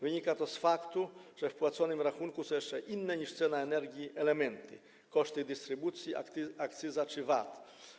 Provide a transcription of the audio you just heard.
Wynika to z faktu, że w płaconym rachunku są jeszcze inne niż cena energii elementy: koszty dystrybucji, akcyza czy VAT.